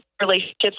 relationships